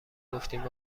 گفتیم